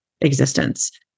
existence